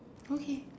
okay